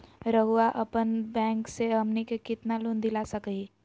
रउरा अपन बैंक से हमनी के कितना लोन दिला सकही?